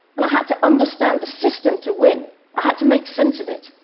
and i had to understand the system to win. ah had to make sense of it.